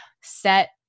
set